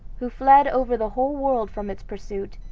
who fled over the whole world from its pursuit.